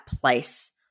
place